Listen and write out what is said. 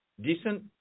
decent